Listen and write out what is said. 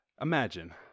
imagine